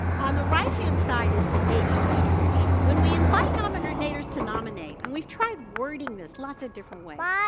on the right hand side is the age distribution. when we invite nominators to nominate, and we've tried wording this lots of different ways,